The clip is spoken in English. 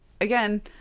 again